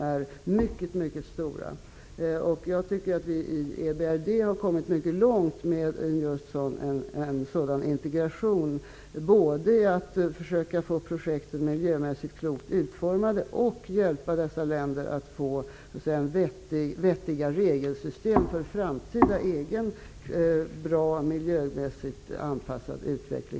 Jag tycker att vi i EBRD har kommit mycket långt med en sådan integration både när det gäller att få projekten miljömässigt klokt utformade och när det gäller att hjälpa dessa länder att skapa vettiga regelsystem för att kunna få till stånd en framtida god miljöanpassad utveckling.